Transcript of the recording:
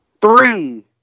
Three